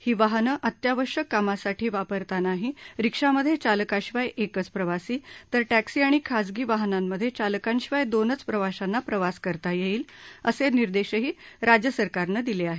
ही वाहनं अत्यावश्यक कामासाठी वापरतानाही रिक्षामध्ये चालकाशिवाय एकच प्रवासी तर टॅक्सी आणि खासगी वाहनांमध्ये चालकाशिवाय दोनच प्रवाशांना प्रवास करता येईल असे निर्देशही राज्य सरकारनं दिले आहेत